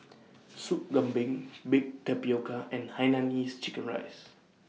Sup Kambing Baked Tapioca and Hainanese Chicken Rice